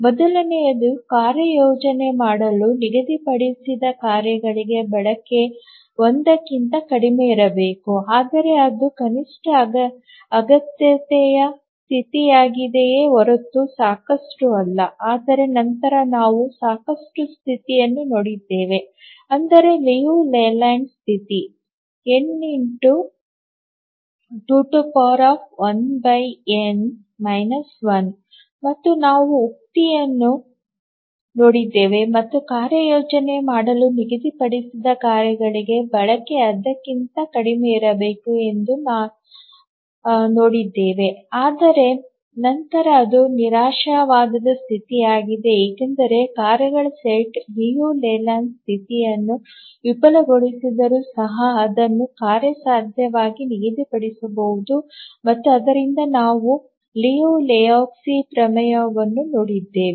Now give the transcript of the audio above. ಮೊದಲನೆಯದು ಕಾರ್ಯಯೋಜನೆ ಮಾಡಲು ನಿಗದಿಪಡಿಸಿದ ಕಾರ್ಯಗಳಿಗೆ ಬಳಕೆ 1 ಕ್ಕಿಂತ ಕಡಿಮೆಯಿರಬೇಕು ಆದರೆ ಅದು ಕನಿಷ್ಟ ಅಗತ್ಯತೆಯ ಸ್ಥಿತಿಯಾಗಿದೆಯೇ ಹೊರತು ಸಾಕಷ್ಟು ಅಲ್ಲ ಆದರೆ ನಂತರ ನಾವು ಸಾಕಷ್ಟು ಸ್ಥಿತಿಯನ್ನು ನೋಡಿದ್ದೇವೆ ಅಂದರೆ ಲಿಯು ಲೇಲ್ಯಾಂಡ್ ಸ್ಥಿತಿ n ಮತ್ತು ನಾವು ಉಕ್ತಿಯನ್ನು ನೋಡಿದ್ದೇವೆ ಮತ್ತು ಕಾರ್ಯಯೋಜನೆ ಮಾಡಲು ನಿಗದಿಪಡಿಸಿದ ಕಾರ್ಯಗಳಿಗೆ ಬಳಕೆ ಅದಕ್ಕಿಂತ ಕಡಿಮೆಯಿರಬೇಕು ಎಂದು ನೋಡಿದ್ದೇವೆ ಆದರೆ ನಂತರ ಅದು ನಿರಾಶಾವಾದದ ಸ್ಥಿತಿಯಾಗಿದೆ ಏಕೆಂದರೆ ಕಾರ್ಯಗಳ ಸೆಟ್ ಲಿಯು ಲೇಲ್ಯಾಂಡ್ ಸ್ಥಿತಿಯನ್ನು ವಿಫಲಗೊಳಿಸಿದರೂ ಸಹ ಅದನ್ನು ಕಾರ್ಯಸಾಧ್ಯವಾಗಿ ನಿಗದಿಪಡಿಸಬಹುದು ಮತ್ತು ಆದ್ದರಿಂದ ನಾವು ಲಿಯು ಮತ್ತು ಲೆಹೋಜ್ಕಿ ಪ್ರಮೇಯವನ್ನು ನೋಡಿದ್ದೇವೆ